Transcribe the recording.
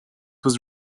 was